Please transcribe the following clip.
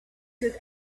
good